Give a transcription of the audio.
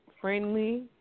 friendly